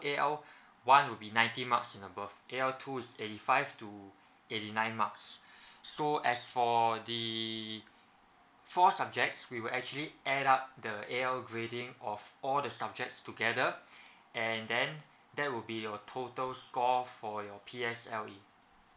A_L one will be ninety marks and above A_L two is eighty five to eighty nine marks so as for the four subjects we will actually add up the A_L grading of all the subjects together and then that will be your total score for your P_S_L_E